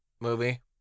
movie